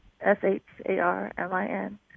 S-H-A-R-M-I-N